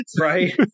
right